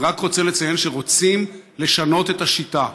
אני רק רוצה לציין שרוצים לשנות את השיטה,